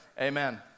amen